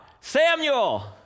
Samuel